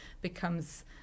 becomes